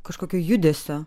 kažkokio judesio